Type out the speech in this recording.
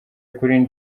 kuri